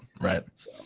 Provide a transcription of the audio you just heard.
right